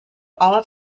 all